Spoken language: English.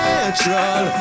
Natural